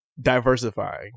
diversifying